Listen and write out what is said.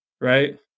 Right